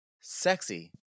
sexy